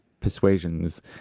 persuasions